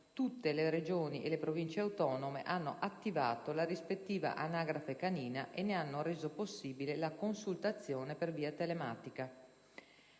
tutte le Regioni e le Province autonome hanno attivato la rispettiva anagrafe canina e ne hanno reso possibile la consultazione per via telematica.